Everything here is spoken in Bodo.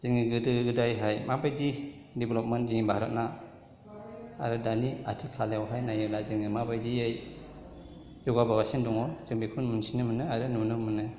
जोङो गोदो गोदायहाय माबायदि डेभेलपमोन जोंनि भारतना आरो दानि आथिखालायावहाय नायोब्ला जोङो माबादियै जौगाबोगासिनो दङ जों बेखौ मोन्थिनो मोनो आरो नुनो मोनो